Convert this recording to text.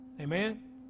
Amen